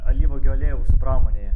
alyvuogių aliejaus pramonėje